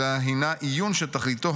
אלא הינה עיון שתכליתו,